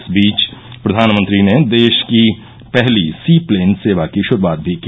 इस बीच प्रधानमंत्री ने देश की पहली सी प्लेन सेवा की शुरूआत भी की